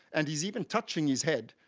and he's even touching his head,